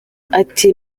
ati